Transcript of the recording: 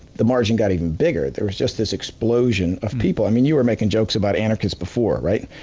the margin got even bigger. there was just this explosion of people. i mean, you were making jokes about anarchists before, right?